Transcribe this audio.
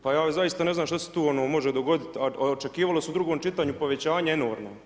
Pa ja zaista ne znam što se tu može dogoditi, a očekivalo se u drugom čitanju povećanje enormno.